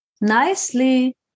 Nicely